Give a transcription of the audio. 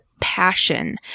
passion